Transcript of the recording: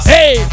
Hey